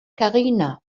karina